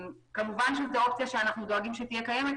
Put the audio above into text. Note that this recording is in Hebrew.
זו אופציה שאנחנו דואגים שתהיה קיימת,